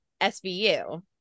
SVU